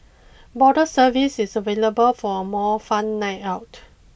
bottle service is available for a more fun night out